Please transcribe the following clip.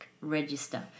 register